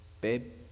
babe